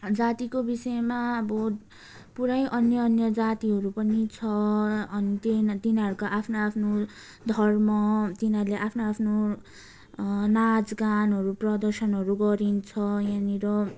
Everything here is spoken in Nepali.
जातिको विषयमा अब पुरै अन्य अन्य जातिहरू पनि छ अनि तिनी तिनीहरूको आफ्नो आफ्नो धर्म तिनीहरूले आफ्नो आफ्नो नाचगानहरू प्रदर्शनहरू गरिन्छ यहाँनिर